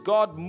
God